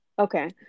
Okay